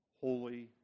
holy